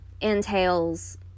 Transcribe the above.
entails